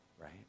right